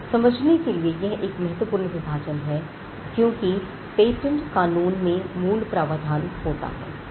समझने के लिए यह एक महत्वपूर्ण विभाजन है क्योंकि पेटेंट कानून में मूल प्रावधान होता है